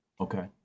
Okay